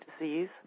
disease